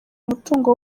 umutungo